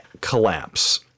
collapse